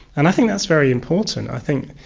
and i think that's very important. i think